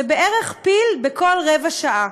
זה בערך פיל בכל רבע שעה.